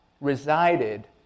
resided